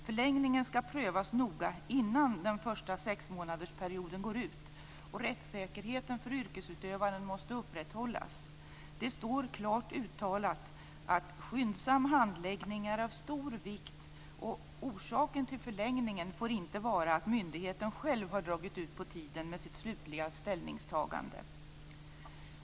Förlängningen skall prövas noga innan den första sexmånadersperioden går ut, och rättssäkerheten för yrkesutövaren måste upprätthållas. Det står klart uttalat att skyndsam handläggning är av stor vikt, och orsaken till förlängningen får inte vara att myndigheten själv dragit ut på tiden med sitt slutliga ställningstagande.